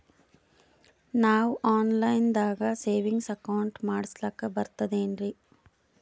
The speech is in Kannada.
ನಾವು ಆನ್ ಲೈನ್ ದಾಗ ಸೇವಿಂಗ್ಸ್ ಅಕೌಂಟ್ ಮಾಡಸ್ಲಾಕ ಬರ್ತದೇನ್ರಿ?